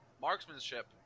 marksmanship